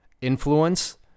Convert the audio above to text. influence